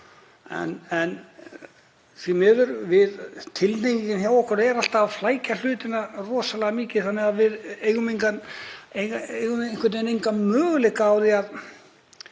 En því miður er tilhneigingin hjá okkur alltaf að flækja hlutina rosalega mikið þannig að við eigum enga möguleika á því að